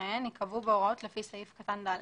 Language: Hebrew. ומזכיריהן ייקבעו בהוראות לפי סעיף קטן (ד).